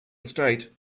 estate